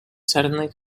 suddenly